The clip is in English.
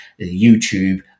YouTube